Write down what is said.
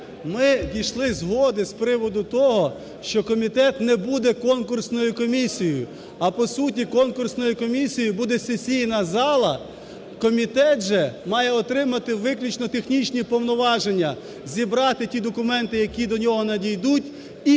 Ми дійшли згоди, з приводу того, що комітет не буде конкурсною комісією, а по суті, конкурсною комісією буде сесійна зала, комітет же має отримати виключно технічні повноваження. Зібрати ті документи, які до нього надійдуть і надіслати